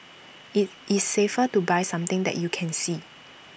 IT is safer to buy something that you can see